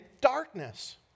darkness